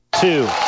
two